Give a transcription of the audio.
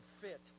fit